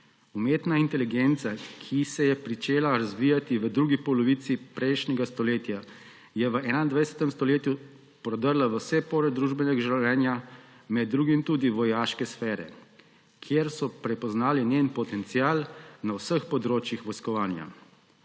Umetna inteligenca, ki se je pričela razvijati v drugi polovici prejšnjega stoletja, je v 21. stoletju prodrla v vse pore družbenega življenja, med drugim tudi v vojaške sfere, kjer so prepoznali njen potencial na vseh področjih vojskovanja.